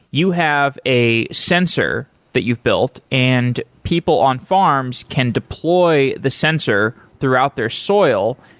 you have a sensor that you've built and people on farms can deploy the sensor throughout their soil,